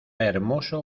hermoso